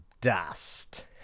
dust